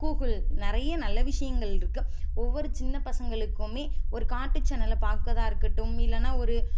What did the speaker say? Google நிறைய நல்ல விஷயங்கள் இருக்குது ஒவ்வொரு சின்னப் பசங்களுக்குமே ஒரு கார்ட்டூன் சேனலை பார்க்குறதா இருக்கட்டும் இல்லைனா ஒரு